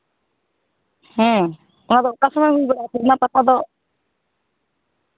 ᱦᱮᱸ ᱚᱱᱟᱫᱚ ᱚᱠᱟ ᱥᱚᱢᱚᱭ ᱦᱩᱭᱩᱜᱼᱟ ᱥᱚᱡᱽᱱᱟ ᱯᱟᱛᱟ ᱫᱚ